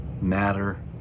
matter